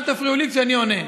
אל תפריעו לי כשאני עונה.